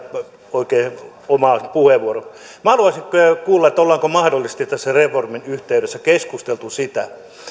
oikein omalle puheenvuorolle minä haluaisin kuulla onko mahdollisesti tässä reformin yhteydessä keskusteltu siitä